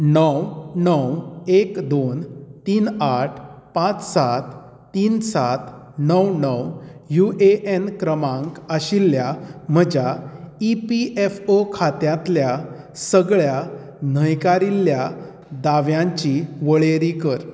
णव णव एक दोन तीन आठ पांच सात तीन सात णव णव यूव ए ऍन क्रमांक आशिल्ल्या म्हज्या ई पी ऍफ ओ खात्यांतल्या सगळ्या न्हयकारिल्ल्या दाव्यांची वळेरी कर